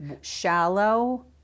shallow